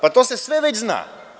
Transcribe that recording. Pa, to se sve već zna.